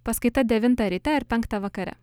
paskaita devintą ryte ar penktą vakare